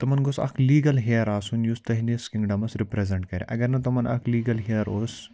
تِمَن گوٚژھ اَکھ لیٖگَل ہیٚیَر آسُن یُس تُہٕنٛدِس کِنٛگڈَمَس رِپرٛٮ۪زٮ۪نٛٹ کَرِ اگر نہٕ تِمَن اَکھ لیٖگل ہیٚیَر اوس